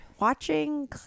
watching